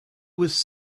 was